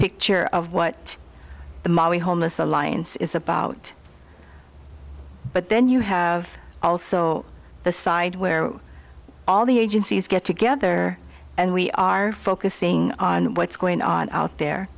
picture of what the mommy homeless alliance is about but then you have also the side where all the agencies get together and we are focusing on what's going on out there